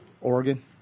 Oregon